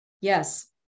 Yes